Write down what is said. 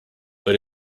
but